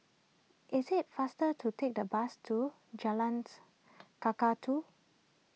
is it faster to take the bus to Jalan Kakatua